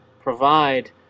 provide